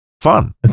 Fun